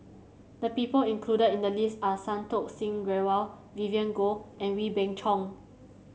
the people included in the list are Santokh Singh Grewal Vivien Goh and Wee Beng Chong